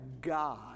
God